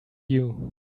you